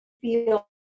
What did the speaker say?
feel